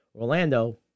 Orlando